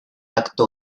acto